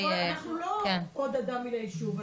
אנחנו לא עוד אדם מן היישוב,